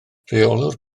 rheolwr